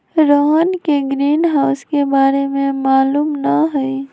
रोहन के ग्रीनहाउस के बारे में मालूम न हई